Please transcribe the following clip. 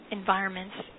environments